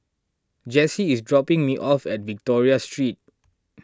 Jessee is dropping me off at Victoria Street